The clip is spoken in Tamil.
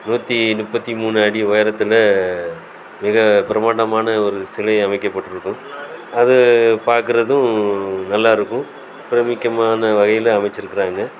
நூற்றி முப்பத்தி மூணு அடி உயரத்துல மிக பிரம்மாண்டமான ஒரு சிலை அமைக்கப்பட்டுருக்கும் அது பார்க்குறதும் நல்லா இருக்கும் பிரமிக்கமான வகையில் அமைச்சுருக்குறாங்க